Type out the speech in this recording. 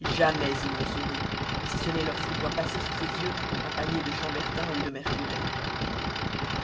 jamais il ne sourit si ce n'est lorsqu'il voit passer sous ses yeux un panier de chambertin ou de mercuray